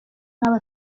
n’abo